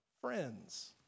friends